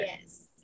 Yes